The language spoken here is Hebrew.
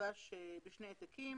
תוגש בשני עותקים